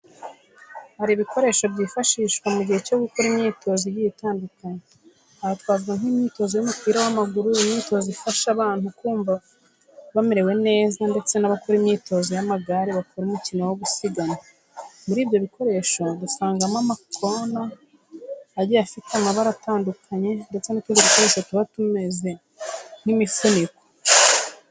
Hari ibikoresho byifashishwa mu gihe cyo gukora imyitozo igiye itandukanye. Aha twavuga nk'imyitozo y'umupira w'amaguru, imyitozo ifasha abantu kumva bamerewe neza ndetse n'abakora imyitozo y'amagare bakora umukino wo gusiganwa. Muri ibyo bikoresho dusangama amakona agiye afite amabara atandukanye ndetse n'utundi dukoresho tuba tumeze nk'imifuniko.